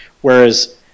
Whereas